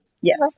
Yes